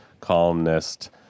columnist